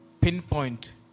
Pinpoint